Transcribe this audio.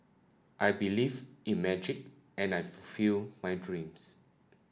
I believed in magic and I fulfilled my dreams